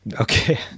Okay